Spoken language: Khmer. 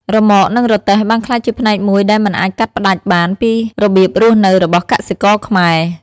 រ៉ឺម៉កនឹងរទេះបានក្លាយជាផ្នែកមួយដែលមិនអាចកាត់ផ្តាច់បានពីរបៀបរស់នៅរបស់កសិករខ្មែរ។